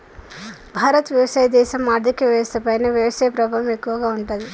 భారత్ వ్యవసాయ దేశం, ఆర్థిక వ్యవస్థ పైన వ్యవసాయ ప్రభావం ఎక్కువగా ఉంటది